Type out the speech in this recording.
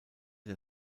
der